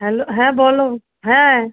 hello হ্যাঁ বলো হ্যাঁ